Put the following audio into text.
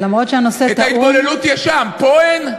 אף שהנושא טעון, את ההתבוללות יש שם, פה אין?